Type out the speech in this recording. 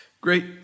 Great